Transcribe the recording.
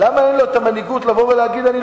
למה אין לו המנהיגות לבוא ולהגיד: אני